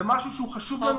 זה משהו שהוא חשוב לנו.